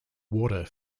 water